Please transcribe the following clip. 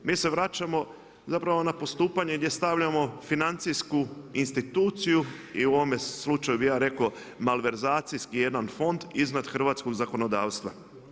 Mi se vraćamo zapravo na postupanje gdje stavljamo financijsku instituciju i u ovome slučaju bih ja rekao malverzacijski jedan fond iznad hrvatskog zakonodavstva.